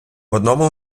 одному